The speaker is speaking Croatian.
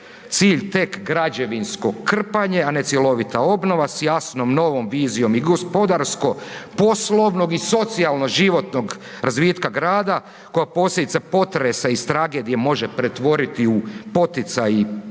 cilj tek građevinsko krpanje, a ne cjelovita obnova s jasnom novom vizijom i gospodarsko-poslovnog i socijalnog životnog razvitka grada koja posljedica potresa iz tragedije može pretvoriti u poticaj i prigodu,